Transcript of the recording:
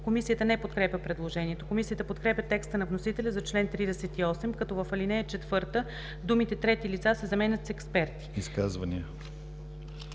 Комисията не подкрепя предложението. Комисията подкрепя текста на вносителя за чл. 38, като в ал. 4 думите “трети лица” се заменят с “експерти”.